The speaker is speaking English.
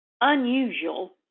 unusual